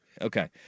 Okay